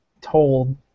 told